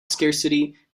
scarcity